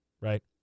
Right